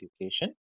Education